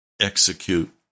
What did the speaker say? execute